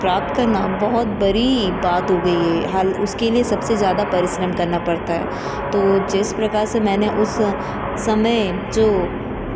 प्राप्त करना बहुत बड़ी बात हो गई है हाल उसके लिए सबसे ज़्यादा परिश्रम करना पड़ता है तो जिस प्रकार से मैंने उस समय जो